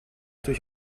durch